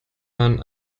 man